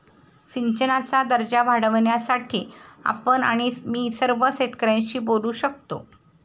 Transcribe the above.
सिंचनाचा दर्जा वाढवण्यासाठी आपण आणि मी सर्व शेतकऱ्यांशी बोलू शकतो